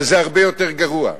וזה הרבה יותר גרוע,